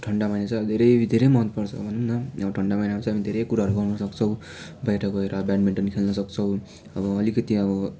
ठन्डा महिना चाहिँ अब धेरै धेरै मनपर्छ भनौँ न अब ठन्डा महिनामा चाहिँ अब धेरै कुराहरू गर्नसक्छौँ बाहिर गएर बेडमिन्टन खेल्नसक्छौँ अब अलिकति अब